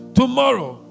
tomorrow